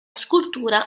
scultura